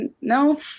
no